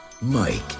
Mike